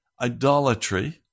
idolatry